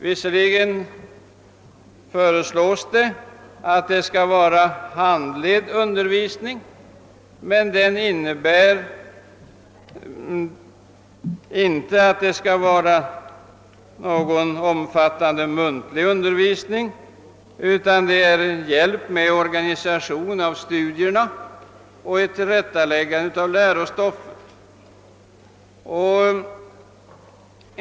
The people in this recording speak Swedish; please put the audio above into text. Visserligen föreslås att det skall vara handledd undervisinng, men det innebär inte någon omfattande muntlig undervisning utan endast en hjälp med organisation av studierna och ett tillrättaläggande av lärostoffet.